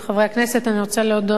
בתמיכתם של 14 חברי כנסת והתנגדות שניים,